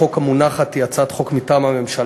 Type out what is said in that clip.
אז הצעת החוק המונחת כאן היא הצעת חוק מטעם הממשלה.